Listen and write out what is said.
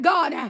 God